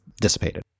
dissipated